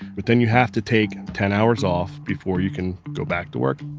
but then you have to take ten hours off before you can go back to work.